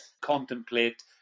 contemplate